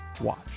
watch